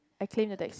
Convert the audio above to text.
I came the taxi